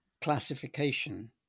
classification